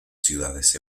ciudades